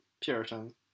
Puritan